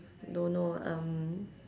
don't know um